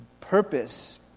purpose